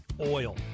oil